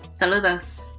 saludos